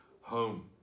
home